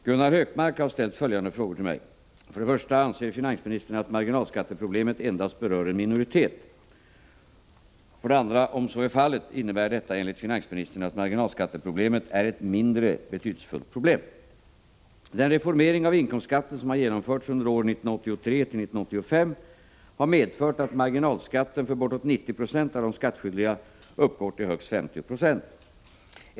Fru talman! Gunnar Hökmark har ställt följande frågor till mig: 1. Anser finansministern, att marginalskatteproblemet endast berör en minoritet? 2. Om så är fallet, innebär detta enligt finansministern att marginalskatteproblemet är ett mindre betydelsefullt problem? Den reformering av inkomstskatten som har genomförts under åren 1983-1985 har medfört att marginalskatten för bortåt 90 96 av de skattskyldiga uppgår till högst 50 26.